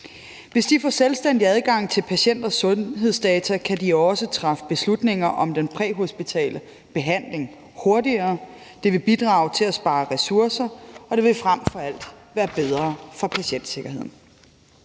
Hvis de får selvstændig adgang til patienters sundhedsdata, kan de også træffe beslutninger om den præhospitale behandling hurtigere. Det vil bidrage til at spare ressourcer, og det vil frem for alt være bedre for patientsikkerheden.